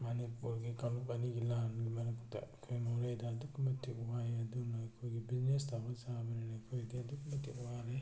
ꯃꯅꯤꯄꯨꯔꯒꯤ ꯀꯥꯡꯂꯨꯞ ꯑꯅꯤꯒꯤ ꯂꯥꯟꯒꯤ ꯃꯔꯛꯇ ꯑꯩꯈꯣꯏ ꯃꯣꯔꯦꯗ ꯑꯗꯨꯛꯀꯤ ꯃꯇꯤꯛ ꯋꯥꯏ ꯑꯗꯨꯅ ꯑꯩꯈꯣꯏꯗꯤ ꯕꯤꯖꯤꯅꯦꯁ ꯇꯧꯔ ꯆꯥꯕꯅꯤꯅ ꯑꯩꯈꯣꯏꯒꯤꯗꯤ ꯑꯗꯨꯛꯀꯤ ꯃꯇꯤꯛ ꯋꯥꯔꯦ